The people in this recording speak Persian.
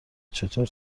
چطور